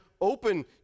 open